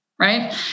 right